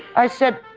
i said.